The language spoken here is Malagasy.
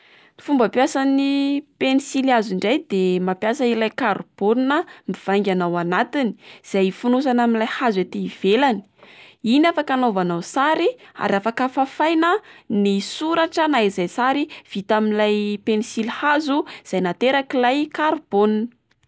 Fomba piasan'ny pensily hazo indray de mampiasa ilay karibaona mivaingana ao anatiny izay fonosana amin'ilay hazo ety ivelany. Iny afaka anaovanao sary ary afaka fafaina ny soratra na izay sary vita amin'ilay pensily hazo izay naterak'ilay karibaona.